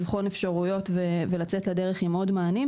לבחון אפשרויות ולצאת לדרך עם עוד מענים.